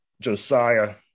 Josiah